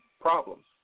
problems